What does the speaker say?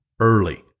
early